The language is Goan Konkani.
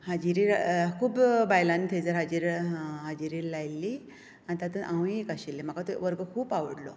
हाजिरी खूब बायलांनी थंयसर हाजिरी लायिल्ली आनी तातूंत हांवूय एक आशिल्लें म्हाका तो वर्ग खूब आवडलो